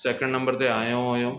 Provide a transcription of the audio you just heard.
second number ते आयो हुयुमि